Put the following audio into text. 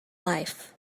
life